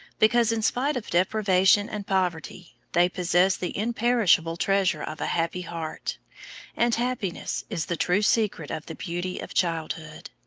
because, in spite of deprivation and poverty, they possess the imperishable treasure of a happy heart and happiness is the true secret of the beauty of childhood.